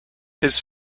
his